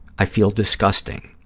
i feel disgusting,